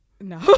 No